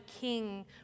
king